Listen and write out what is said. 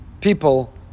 people